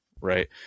right